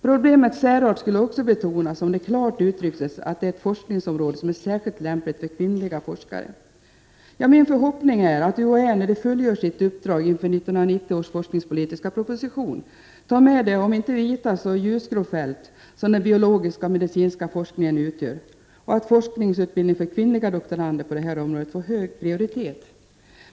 Problemens särart skulle också betonas om det klart uttrycktes att detta är ett forskningsområde som är särskilt lämpligt för kvinnliga forskare. Min förhoppning är att UHÄ i samband med fullgörandet av sitt uppdrag 29 inför 1990 års forskningspolitiska proposition tar med det om inte vita så ljusgrå fält, som den biologiska och medicinska kvinnoforskningen utgör och att forskarutbildning för kvinnliga doktorander på detta område får hög prioritet.